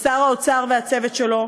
לשר האוצר והצוות שלו,